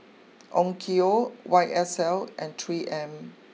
Onkyo Y S L and three M